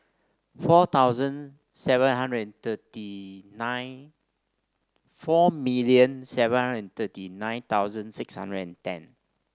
four thousand seven hundred and thirty nine four million seven hundred and thirty nine thousand six hundred and ten